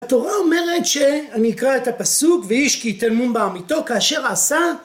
התורה אומרת ש... אני אקרא את הפסוק: "ואיש כי יתן מום בעמיתו כאשר עשה"